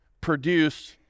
produce